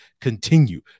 continue